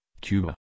Cuba